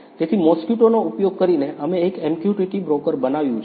તેથી Mosquito નો ઉપયોગ કરીને અમે એક MQTT બ્રોકર બનાવ્યું છે